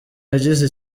yagize